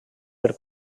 per